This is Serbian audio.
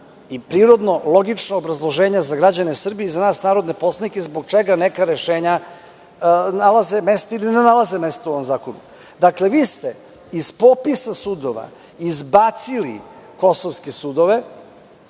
i prirodno logična obrazloženja za građane Srbije i za nas narodne poslanike zbog čega neka rešenja nalaze mesto ili ne nalaze mesto u ovom zakonu. Vi ste iz popisa sudova izbacili kosovske sudove